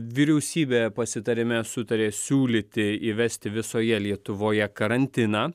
vyriausybė pasitarime sutarė siūlyti įvesti visoje lietuvoje karantiną